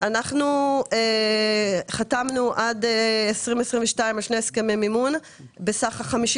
אנחנו חתמנו עד 2022 על שני הסכמי מימון בסך 52